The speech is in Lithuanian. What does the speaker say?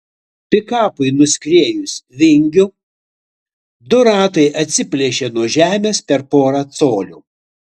pikapui nuskriejus vingiu du ratai atsiplėšė nuo žemės per porą colių